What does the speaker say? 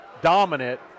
dominant